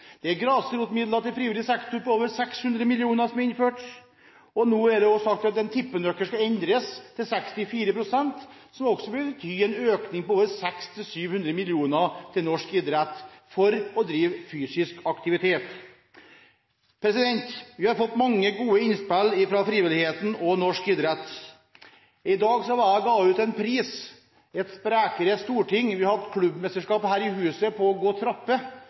er gitt grasrotmidler til frivillig sektor på over 600 mill. kr. Det er også sagt at tippenøkkelen skal endres, til 64 pst., som vil bety en økning på over 600–700 mill. kr til norsk idrett, til å drive fysisk aktivitet. Vi har fått mange gode innspill fra frivilligheten og norsk idrett. I dag ga jeg ut en pris, «Et sprekere storting». Vi har her i huset hatt klubbmesterskap i å gå